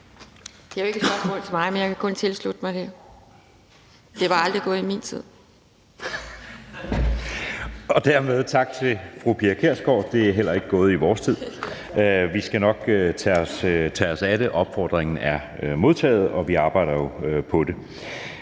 Det er jo ikke i forhold til mig, men jeg kan kun tilslutte mig det. Det var aldrig gået i min tid. Kl. 13:36 Anden næstformand (Jeppe Søe): Dermed tak til fru Pia Kjærsgaard. Det vil heller ikke gå i vores tid. Vi skal nok tage os af det. Opfordringen er modtaget, og vi arbejder jo på det.